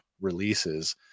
releases